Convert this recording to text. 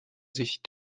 sich